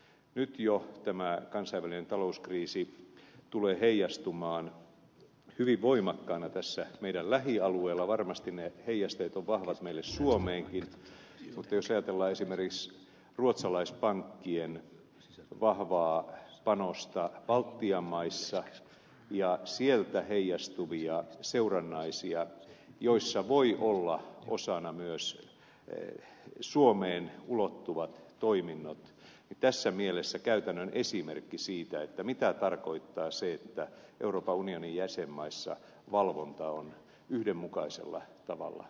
nyt jo tämä kansainvälinen talouskriisi tulee heijastumaan hyvin voimakkaana meidän lähialueellamme varmasti ne heijasteet ovat vahvat meille suomeenkin mutta jos ajatellaan esimerkiksi ruotsalaispankkien vahvaa panosta baltian maissa ja sieltä heijastuvia seurannaisia joissa voivat olla osana myös suomeen ulottuvat toiminnot niin tässä mielessä saadaan käytännön esimerkki siitä mitä tarkoittaa se että euroopan unionin jäsenmaissa valvonta on yhdenmukaisella tavalla hoidettu